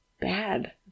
Bad